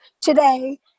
today